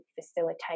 facilitate